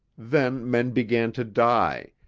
then men began to die,